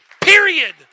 period